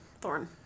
thorn